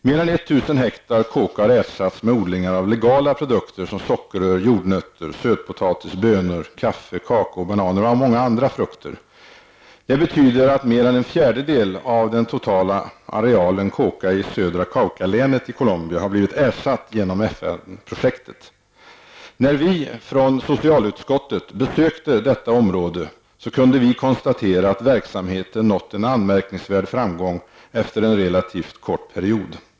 Mer än 1 000 ha koka har ersatts med odlingar av legala produkter som sockerrör, jordnötter, sötpotatis, bönor, kaffe, kakao, bananer och många andra frukter. Det betyder att mer en fjärdedel av den totala arealen koka i södra Cauca-länet i Colombia har blivit ersatt genom FN-projektet. När vi från socialutskottet besökte området kunde vi konstatera att verksamheten nått en anmärkningsvärd framgång efter en relativt kort period.